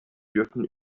dürfen